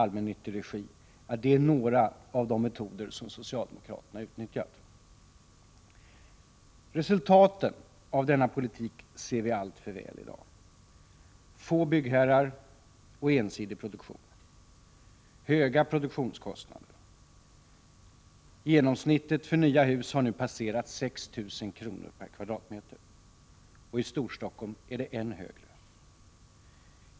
allmännyttig regi är några av de metoder som socialdemokraterna utnyttjat. Resultaten av denna politik ser vi alltför väl i dag: Få byggherrar och ensidig produktion. Höga produktionskostnader. Den genomsnittliga produktionskostnaden för nya hus har nu passerat 6 000 kr./m? — i Storstockholm ännu högre.